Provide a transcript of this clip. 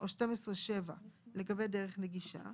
או 12(7) לגבי דרך נגישה,